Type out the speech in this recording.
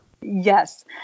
Yes